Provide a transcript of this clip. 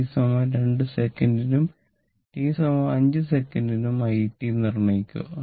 t 2 സെക്കന്റിനും t 5 സെക്കന്റിനും i നിർണ്ണയിക്കുക